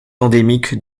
endémique